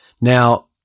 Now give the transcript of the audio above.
Now